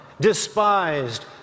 despised